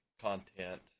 content